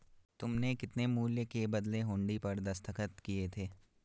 तुमने कितने मूल्य के बदले हुंडी पर दस्तखत किए थे?